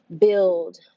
build